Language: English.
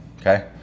okay